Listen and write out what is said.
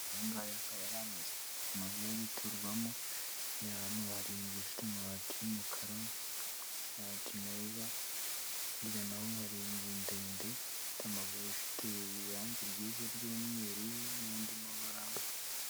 Aya ngaya akaba ari amazu, amazu yo guturwamo, hano hari inzu ifite amabati y'umukara, amabati meza, hakurya na ho hari inzu ndende ifite irangi ryiza ry'umweru n'andi mabara